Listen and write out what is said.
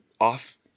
off